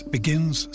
Begins